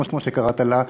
כמו שקראת לה,